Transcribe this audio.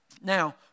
Now